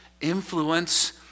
influence